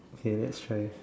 favorite share